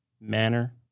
manner